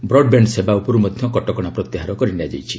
broadband ସେବା ଉପରୁ ମଧ୍ୟ କଟକଣା ପ୍ରତ୍ୟାହାର କରିନିଆଯାଇଛି